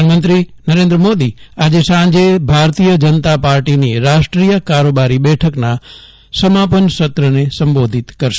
જ્યારે પ્રધાનમંત્રી નરેન્દ્ર મોદી આજે સાંજે ભારતીય જનતા પાર્ટીની રાષ્ટ્રીય કારોબારી બેઠકના સમાપન સત્રને સંબોધિત કરશે